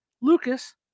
Lucas